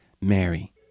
Mary